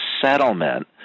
settlement